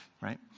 right